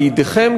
בידיכם,